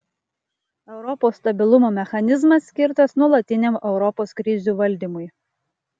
europos stabilumo mechanizmas skirtas nuolatiniam europos krizių valdymui